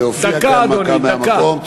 זה הופיע כהנמקה מהמקום.